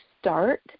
start